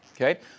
Okay